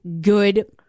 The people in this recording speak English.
good